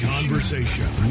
Conversation